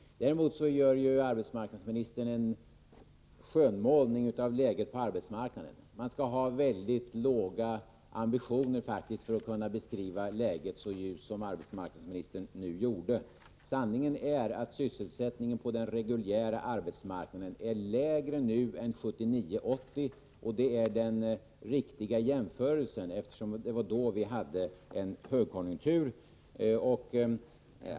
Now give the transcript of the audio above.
Arbetsmarknadsministern gör emellertid en skönmålning av läget på arbetsmarknaden. Man skall ha mycket låga ambitioner för att kunna beskriva läget så ljust som arbetsmarknadsministern just gjorde. Sanningen är att sysselsättningen på den reguljära arbetsmarknaden är lägre nu än den var under 1979-1980. Detta är den riktiga jämförelsen att göra, eftersom det var då vi hade högkonjunktur.